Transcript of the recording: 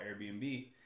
Airbnb